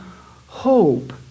hope